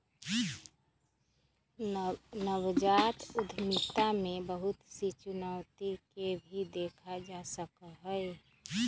नवजात उद्यमिता में बहुत सी चुनौतियन के भी देखा जा सका हई